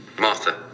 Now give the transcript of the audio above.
Martha